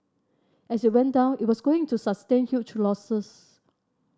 as it went down it was going to sustain huge losses